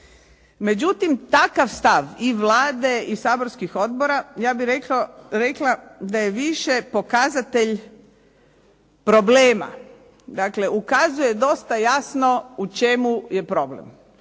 Međutim, takav stav i Vlade i saborskih odbora ja bih rekla da je više pokazatelj problema, dakle ukazuje dosta jasno u čemu je problem.